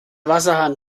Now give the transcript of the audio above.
wasserhahn